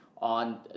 on